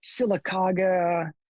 Silicaga